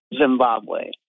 Zimbabwe